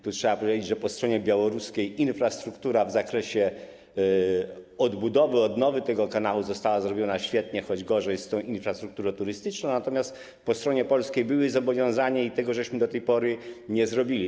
Trzeba powiedzieć, że po stronie białoruskiej infrastruktura w zakresie odbudowy, odnowy tego kanału została zrobiona świetnie - choć gorzej z tą infrastrukturą turystyczną - natomiast po stronie polskiej były zobowiązania i tego do tej pory nie zrobiliśmy.